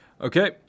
Okay